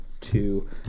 two